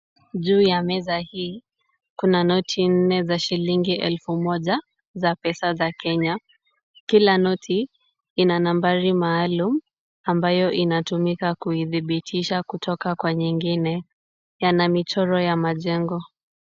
Juu ya meza hii, kuna noti nne za shilingi elfu moja za pesa za Kenya. Kila noti ina nambari maalum, ambayo inatumika kuidhibitisha kutoka kwa nyingine. Yana michoro ya majengo.